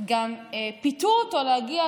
גם פיתו אותו להגיע,